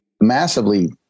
massively